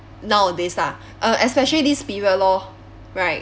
nowadays ah uh especially this period lor right